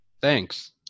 thanks